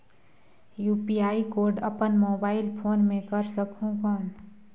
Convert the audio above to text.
UPI code अपन mobile phone मे कर सकहुं कौन?